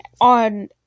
on